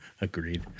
Agreed